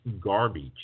garbage